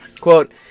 quote